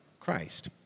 Christ